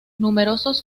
numerosos